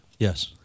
Yes